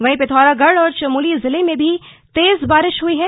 वहीं पिथौरागढ और चमोली जिले में भी तेज बारिश हई है